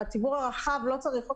הציבור הרחב לא צריך אותו.